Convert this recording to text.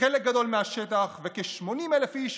חלק גדול מהשטח וכ-80,000 איש